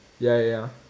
ya ya ya